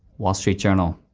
wall street journal.